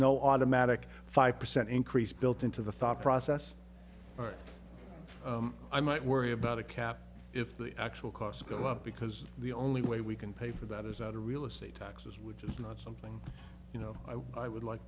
no automatic five percent increase built into the thought process i might worry about a cap if the actual costs go up because the only way we can pay for that is out of real estate taxes which is not something you know i would like